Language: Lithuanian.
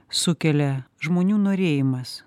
sukelia žmonių norėjimas